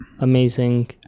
amazing